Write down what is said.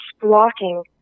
blocking